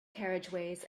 carriageways